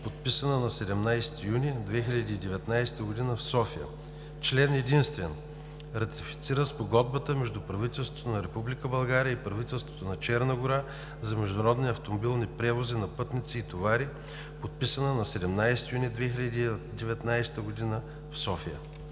подписана на 17 юни 2019 г. в София Член единствен. Ратифицира Спогодбата между правителството на Република България и правителството на Черна гора за международни автомобилни превози на пътници и товари, подписана на 17 юни 2019 г. в София.“